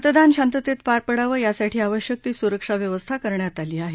मतदान शांततेत पार पडावं यासाठी आवश्यक ती सुरक्षा व्यवस्था करण्यात आली आहे